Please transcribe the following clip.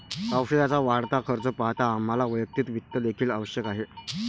औषधाचा वाढता खर्च पाहता आम्हाला वैयक्तिक वित्त देखील आवश्यक आहे